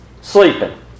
sleeping